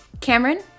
Cameron